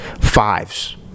fives